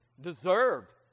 deserved